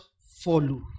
Follow